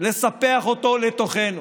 לספח אותו לתוכנו?